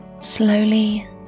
Slowly